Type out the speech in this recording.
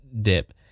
dip